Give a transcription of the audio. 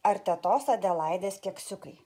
ar tetos adelaidės keksiukai